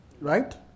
Right